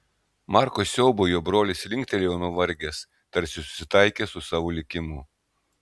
marko siaubui jo brolis linktelėjo nuvargęs tarsi susitaikęs su savo likimu